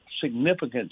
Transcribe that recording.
significant